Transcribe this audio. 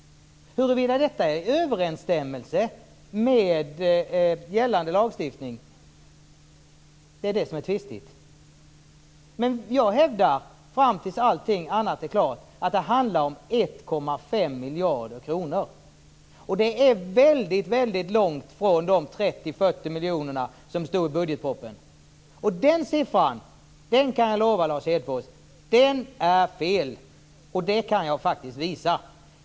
Huruvida detta är i överensstämmelse med gällande lagstiftning är tvistigt. Men fram till dess att allt annat är klart hävdar jag att det handlar om 1,5 miljarder kronor. Det är väldigt långt från de 30-40 miljoner som stod i budgetpropositionen. Jag kan lova Lars Hedfors att den siffran är fel, och det kan jag faktiskt visa.